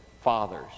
fathers